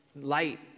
light